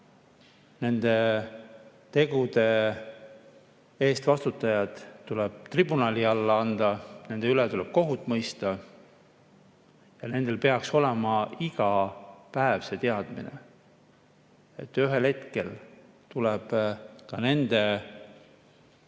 Nende tegude eest vastutajad tuleb tribunali alla anda, nende üle tuleb kohut mõista. Ja nendel peaks olema iga päev see teadmine, et ühel hetkel tuleb ka nende